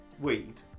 weed